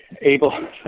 able